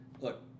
look